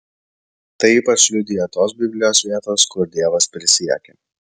tai ypač liudija tos biblijos vietos kur dievas prisiekia